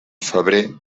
febrer